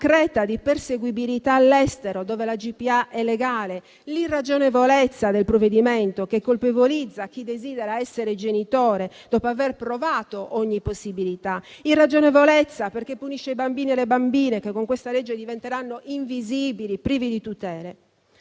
concreta di perseguibilità all'estero, dove la GPA è legale; l'irragionevolezza del provvedimento, che colpevolizza chi desidera essere genitore, dopo aver provato ogni possibilità; irragionevolezza, perché punisce i bambini e le bambine, che con questa legge diventeranno invisibili e privi di tutele.